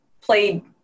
played